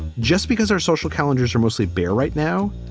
just because our social calendars are mostly bare right now,